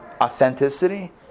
authenticity